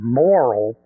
moral